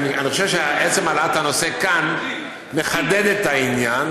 שעצם העלאת הנושא כאן מחדד את העניין,